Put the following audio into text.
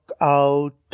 out